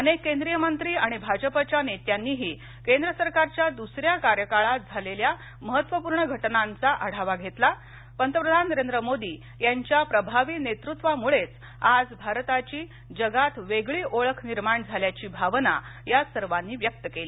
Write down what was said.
अनेक केंद्रीय मंत्री आणि भाजपाच्या नेत्यांनीही केंद्र सरकारच्या दुसऱ्या कार्यकाळात झालेल्या महत्त्वपूर्ण घटनांचा आढावा घेतला पंतप्रधान नरेंद्र मोदी यांच्या प्रभावी नेतृत्वामुळेच आज भारताची जगात वेगळी ओळख निर्माण झाल्याची भावना या सर्वांनी व्यक्त केली